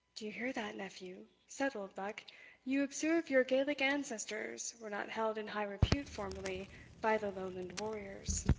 do you hear that, nephew? said oldbuck you observe your gaelic ancestors were not held in high repute formerly by the lowland warriors.